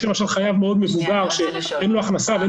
שזקוקים לעזרה.